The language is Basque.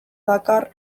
dakar